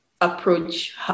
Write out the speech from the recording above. approach